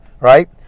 right